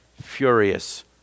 furious